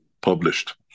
published